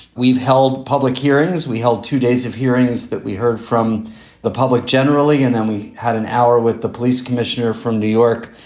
we've held public hearings. we held two days of hearings that we heard from the public generally. and then we had an hour with the police commissioner from new york.